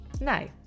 No